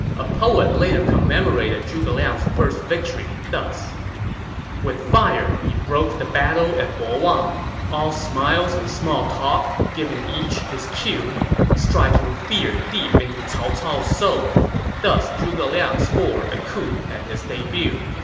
a poet later commemorated zhuge liang's first victory thus with fire he broke the battle at bo wang all smiles and small talk, giving each his cue striking fear deep into cao cao's soul thus zhuge liang scored a coup at his debut